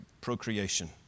procreation